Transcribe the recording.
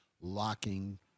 locking